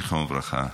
זיכרונו לברכה,